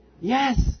Yes